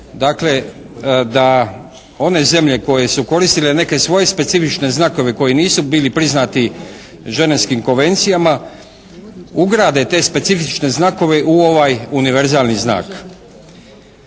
Dakle da one zemlje koje su koristile neke svoje specifične znakove koji nisu bili priznati ženevskim konvencijama, ugrade te specifične znakove u ovaj univerzalni znak.